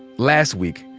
last week,